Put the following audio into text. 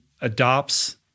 adopts